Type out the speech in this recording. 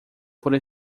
por